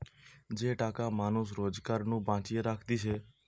যে টাকা মানুষ রোজগার নু বাঁচিয়ে রাখতিছে